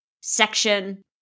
section